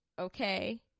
Okay